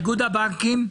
איגוד הבנקים,